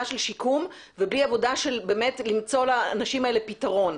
של שיקום ובלי עבודה של באמת למצוא לאנשים האלה פתרון,